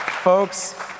Folks